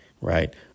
right